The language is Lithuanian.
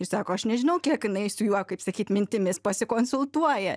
ir sako aš nežinau kiek jinai su juo kaip sakyt mintimis pasikonsultuoja